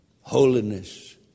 Holiness